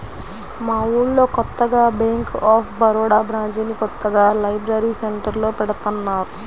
మా ఊళ్ళో కొత్తగా బ్యేంక్ ఆఫ్ బరోడా బ్రాంచిని కొత్తగా లైబ్రరీ సెంటర్లో పెడతన్నారు